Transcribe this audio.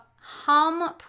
Hum